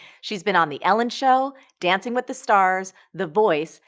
she's been on the ellen show, dancing with the stars, the voice,